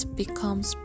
becomes